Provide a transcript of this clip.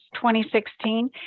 2016